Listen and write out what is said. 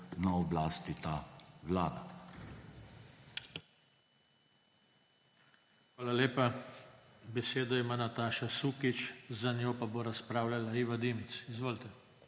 JOŽE TANKO:** Hvala lepa. Besedo ima Nataša Sukič, za njo pa bo razpravljala Iva Dimic. Izvolite.